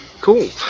Cool